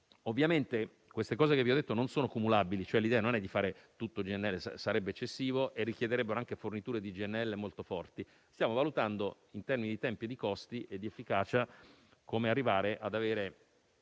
permanenti. Le cose che vi ho detto però non sono cumulabili: l'idea non è di fare tutto, poiché sarebbe eccessivo e richiederebbe anche forniture di GNL molto forti, ma stiamo valutando in termini di tempi, di costi e di efficacia come arrivare ad avere